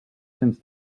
cents